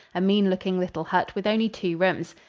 a mean-looking little hut with only two rooms.